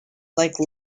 like